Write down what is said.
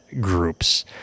groups